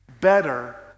better